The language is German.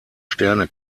sterne